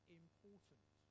important